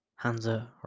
Hansa